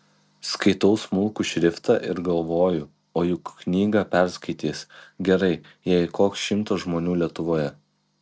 skaitau smulkų šriftą ir galvoju o juk knygą perskaitys gerai jei koks šimtas žmonių lietuvoje